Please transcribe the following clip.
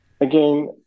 Again